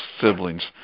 siblings –